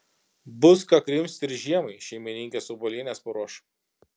bus ką krimsti ir žiemai šeimininkės obuolienės paruoš